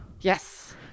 yes